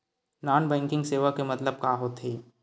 Non banking सेवा के मतलब का होथे?